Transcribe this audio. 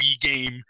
game